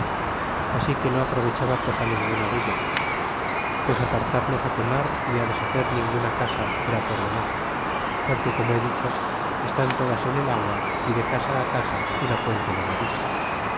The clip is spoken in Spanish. así que no aprovechaba cosa ninguna dellos pues apartarnos quemar ni deshacer ninguna casa era por demas porque como he dicho estan todas eu el agua y de casa casa una puente levadiza